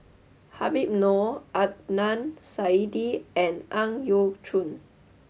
Habib Noh Adnan Saidi and Ang Yau Choon